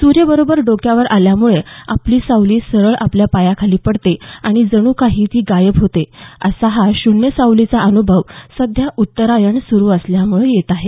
सूर्य बरोबर डोक्यावर आल्यामुळे आपली सावली सरळ आपल्या पायाखाली पडते आणि जणू काही ती गायब होते असा हा शून्य सावलीचा अन्भव सध्या उत्तरायण सुरु असल्यामुळे येत आहे